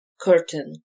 curtain